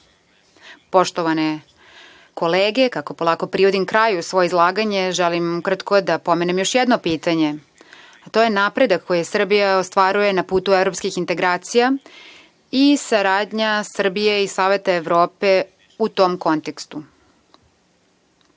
ostvario. Poštovane kolege, kako polako privodim kraju svoje izlaganje, želim ukratko da pomenem još jedno pitanje, a to je napredak koji Srbija ostvaruje na putu evropskih integracija i saradnja Srbije i Saveta Evrope u tom kontekstu. Članstvo